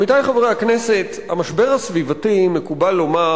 עמיתי חברי הכנסת, המשבר הסביבתי, מקובל לומר,